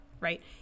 right